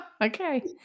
Okay